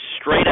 straight